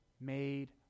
made